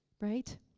Right